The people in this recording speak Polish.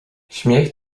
śmiech